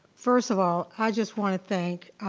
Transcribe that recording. first of all i just want to thank